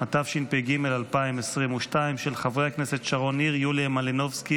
הודעה ליושב-ראש ועדת הכנסת,